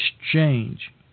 exchange